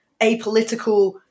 apolitical